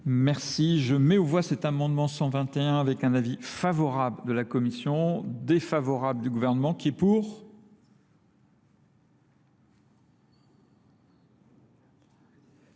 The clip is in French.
Merci. Je mets au voie cet amendement 121 avec un avis favorable de la Commission, défavorable du gouvernement, qui est pour ?